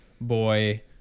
boy